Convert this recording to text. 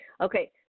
Okay